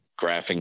graphing